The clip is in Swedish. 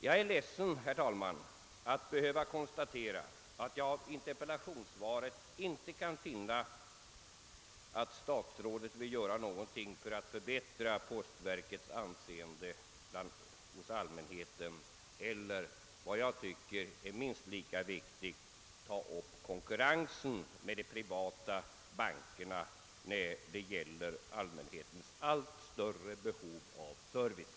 Jag är ledsen, herr talman, att behöva konstatera att jag av interpellationssvaret inte kan finna att statsrådet vill göra någonting för att förbättra postverkets anseende hos allmänheten eller — vilket jag tycker är minst lika viktigt — ta upp konkurrensen med de privata bankerna när det gäller allmänhetens allt större behov av service.